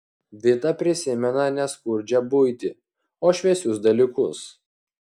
vita prisimena ne skurdžią buitį o šviesius dalykus